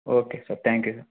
okay sir thank you sir